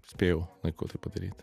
spėjau laiku tai padaryt